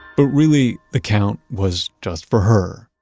but really the count was just for her,